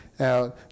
Now